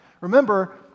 Remember